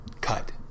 cut